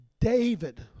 David